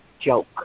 joke